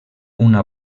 una